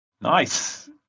Nice